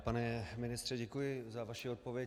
Pane ministře, děkuji za vaši odpověď.